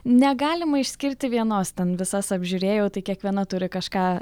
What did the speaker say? negalima išskirti vienos ten visas apžiūrėjau tai kiekviena turi kažką